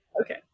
Okay